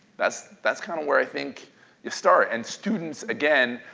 that's that's kind of where i think you start. and students, again,